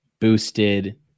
boosted